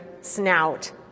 snout